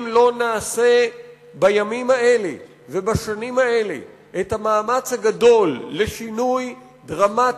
אם לא נעשה בימים האלה ובשנים האלה את המאמץ הגדול לשינוי דרמטי,